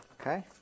Okay